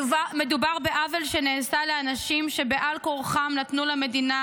מדובר בעוול שנעשה לאנשים שבעל כורחם נתנו למדינה